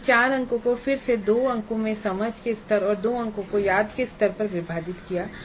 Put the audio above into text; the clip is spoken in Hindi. इन 4 अंकों को फिर से 2 अंकों में समझ के स्तर पर और 2 अंकों को याद स्तर पर विभाजित किया जाता है